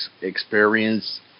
experience